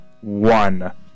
one